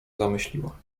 zamyśliła